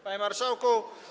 Panie Marszałku!